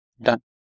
Done